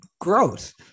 gross